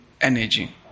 energy